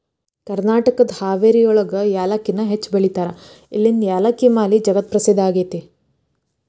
ಕರ್ನಾಟಕದ ಹಾವೇರಿಯೊಳಗ ಯಾಲಕ್ಕಿನ ಹೆಚ್ಚ್ ಬೆಳೇತಾರ, ಇಲ್ಲಿನ ಯಾಲಕ್ಕಿ ಮಾಲಿ ಜಗತ್ಪ್ರಸಿದ್ಧ ಆಗೇತಿ